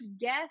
guess